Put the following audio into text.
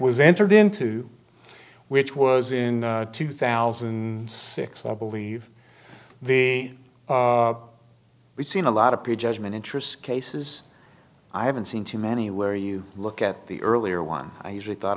was entered into which was in two thousand and six i believe the we've seen a lot of prejudgment interest cases i haven't seen too many where you look at the earlier one i usually thought